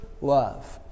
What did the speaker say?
love